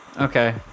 Okay